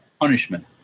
punishment